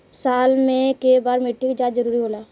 साल में केय बार मिट्टी के जाँच जरूरी होला?